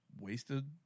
wasted